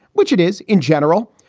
which it is in general.